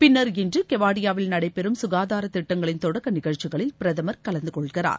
பின்னர் இன்று கெவாடியாவில் நடைபெறும் ககாதாரத்திட்டங்களின் தொடக்க நிகழ்ச்சிகளில் பிரதமர் கலந்து கொள்கிறார்